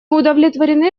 удовлетворены